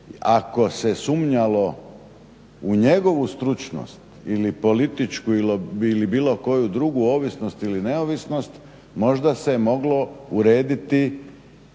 ako se sumnjalo u njegovu stručnost ili političku ili bilo koju drugu, ovisnost ili neovisnost, možda se moglo urediti